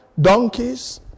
donkeys